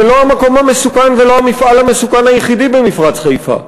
זה לא המקום המסוכן ולא המפעל המסוכן היחיד במפרץ חיפה.